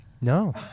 No